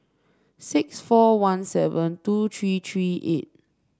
six four one seven two three three eight